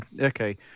Okay